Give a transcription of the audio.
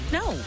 no